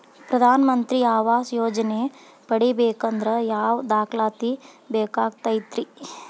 ಪ್ರಧಾನ ಮಂತ್ರಿ ಆವಾಸ್ ಯೋಜನೆ ಪಡಿಬೇಕಂದ್ರ ಯಾವ ದಾಖಲಾತಿ ಬೇಕಾಗತೈತ್ರಿ?